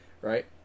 right